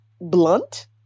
blunt